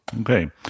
Okay